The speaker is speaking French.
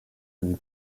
une